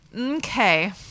Okay